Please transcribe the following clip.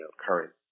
current